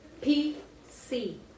P-C